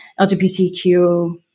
LGBTQ